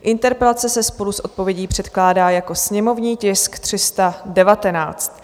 Interpelace se spolu s odpovědí předkládá jako sněmovní tisk 319.